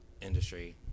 industry